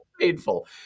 painful